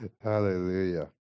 Hallelujah